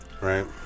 right